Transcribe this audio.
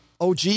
OG